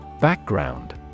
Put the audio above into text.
Background